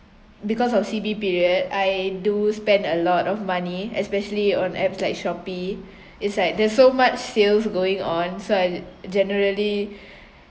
because of C_B period I do spend a lot of money especially on apps like Shopee it's like there's so much sales going on so I generally